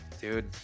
dude